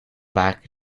back